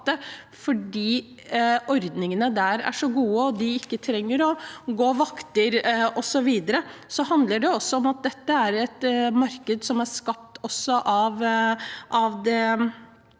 fordi ordningene der er så gode, og fordi de ikke trenger å gå vakter osv. Da handler det også om at dette er et marked som er skapt av det